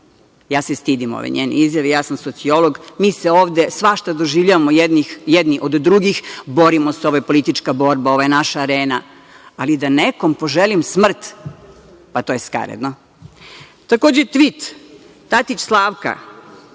Ja se stidim ove njene izjave. Ja sam sociolog. Mi ovde svašta doživljavamo jedni od drugih, borimo se, ovo je politička borba, ovo je naša arena, ali da nekom poželim smrt, pa to je skaredno. Takođe, tvit Tatić Slavka